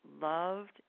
loved